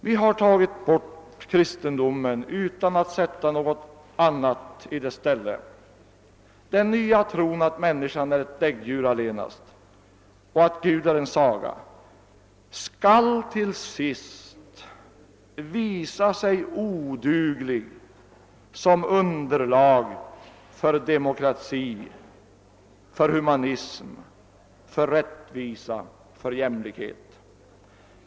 Vi har tagit bort kristendomen utan att sätta något annat i dess ställe — den nya tron att människan är ett däggdjur allenast och att Gud är en saga skall till sist visa sig oduglig som underlag för demokrati, för humanism, för rättvisa och för jämlikhet.